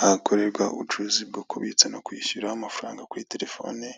Ahakorerwa ubucuruzi bwo kubitsa no kwishyura amafaranga kuri terefone